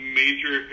major